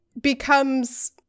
becomes